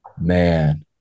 man